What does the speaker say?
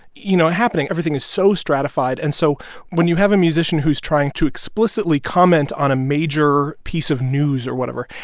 you know, happening. everything is so stratified and so when you have a musician who's trying to explicitly comment on a major piece of news or whatever,